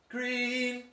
Green